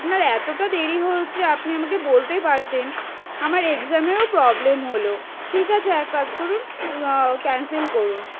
আপনার এতটা দেরি হচ্ছে আপনি আমাকে বলতে পারতেন আমার এক্সামেও প্রবলেম হলো ঠিক আছে এক কাজ করুন ক্যান্সেল করুন